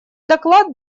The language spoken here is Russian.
доклад